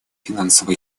финансово